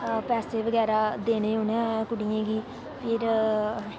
पैसे बगैरा देने उनें कुडियै गी फिर